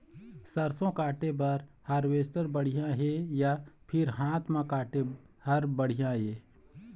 सरसों काटे बर हारवेस्टर बढ़िया हे या फिर हाथ म काटे हर बढ़िया ये?